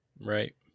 Right